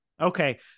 Okay